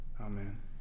amen